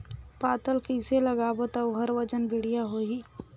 पातल कइसे लगाबो ता ओहार वजन बेडिया आही?